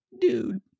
dude